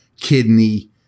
kidney